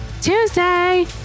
Tuesday